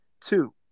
Two